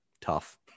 tough